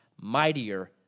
mightier